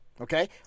Okay